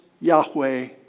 Yahweh